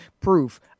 proof